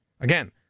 Again